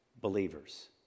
believers